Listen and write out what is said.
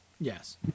Yes